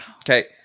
Okay